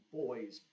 boys